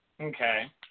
Okay